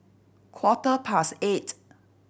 quarter past eight